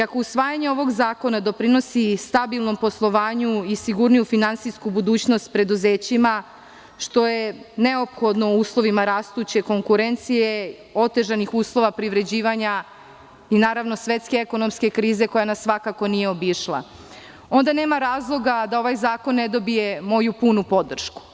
Ako usvajanje ovog zakona doprinosi stabilnom poslovanju i sigurniju finansijsku budućnost preduzećima, što je neophodno u uslovima rastuće konkurencije, otežanih uslova privređivanja i svetske ekonomske krize koja nas nije obišla, onda nema razloga da ovaj zakon ne dobije moju punu podršku.